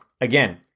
again